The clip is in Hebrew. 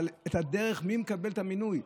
את הדרך: מי מקבל את המינוי,